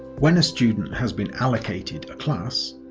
when a student has been allocated a class,